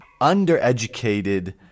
undereducated